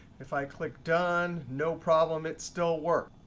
if i click done, no problem. it still work.